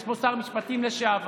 יש פה שר משפטים לשעבר,